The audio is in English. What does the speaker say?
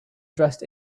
dressed